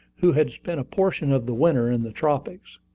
who had spent a portion of the winter in the tropics.